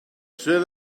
sydd